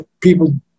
people